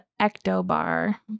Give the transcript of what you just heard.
ectobar